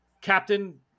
Captain